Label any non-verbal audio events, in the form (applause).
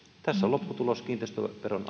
tässä on lopputulos kiinteistöveron (unintelligible)